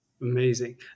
Amazing